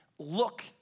look